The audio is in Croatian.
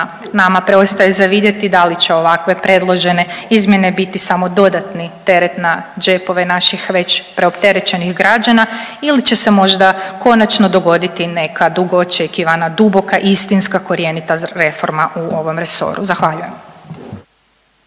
Nama preostaje za vidjeti da li će ovakve predložene izmjene biti samo dodatni teret na džepove naših već preopterećenih građana ili će se možda konačno dogoditi neka dugo očekivana duboka istinska korjenita reforma u ovom resoru, zahvaljujem.